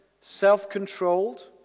self-controlled